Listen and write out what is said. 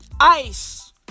Ice